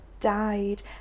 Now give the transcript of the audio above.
died